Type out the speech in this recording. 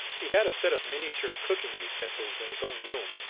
he had a set of miniature cooking utensils in his own room,